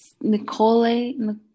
Nicole